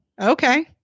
Okay